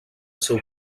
seu